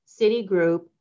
Citigroup